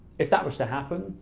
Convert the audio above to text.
if that was to happen,